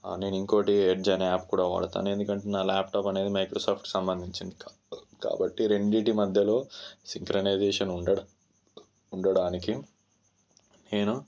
నేను ఇంకోటి ఎడ్జ్ అనే యాప్ కూడా వాడతాను ఎందుకంటే నా ల్యాప్టాప్ అనేది మైక్రోసాఫ్ట్కి సంబంధించినది కాబట్టి రెండిటి మధ్యలో సింక్రొనైజెషన్ ఉండడా ఉండడానికి నేను